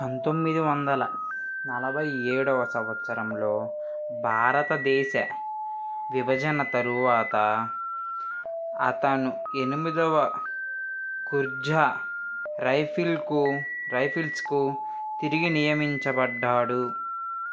పంతొమ్మిది వందల నలభై ఏడొవ సంవత్సరంలో భారతదేశ విభజన తరువాత అతను ఎనిమదవ గుర్జా రైఫిల్ కు రైఫిల్స్ కు తిరిగి నియమించబడ్డాడు